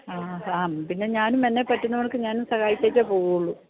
ആ പിന്നെ ഞാനും എനിക്ക് പറ്റുന്നതുപോലെയൊക്കെ ഞാനും സഹായിച്ചിട്ടേ പോകുകയുള്ളൂ